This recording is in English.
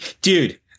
dude